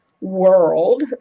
world